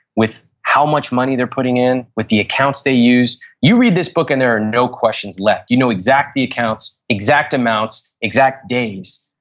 with how much money they're putting in, with the accounts they use. you read this book and there are no questions left. you know exact the accounts, exact amounts, exact days.